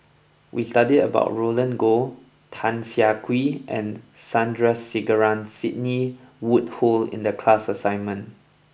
we studied about Roland Goh Tan Siah Kwee and Sandrasegaran Sidney Woodhull in the class assignment